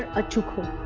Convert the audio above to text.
ah ah to kill